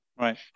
Right